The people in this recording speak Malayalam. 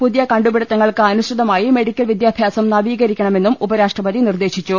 പുതിയ കണ്ടുപിടുത്തങ്ങൾക്ക് അനുസൃതമായി മെഡിക്കൽ വിദ്യാഭ്യാസം നവീകരിക്കണമെന്നും ഉപരാഷ്ട്രപതി നിർദ്ദേശിച്ചു